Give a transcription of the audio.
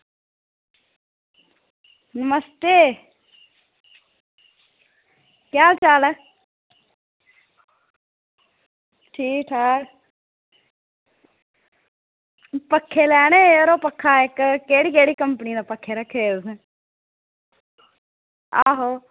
नमस्ते केह् हाल चाल ऐ ठीक ठाक पक्खे लैने हे यरो पक्खा इक्क केह्ड़ी केह्ड़ी कंपनी दे पक्खे रक्खे दे तुसें आहो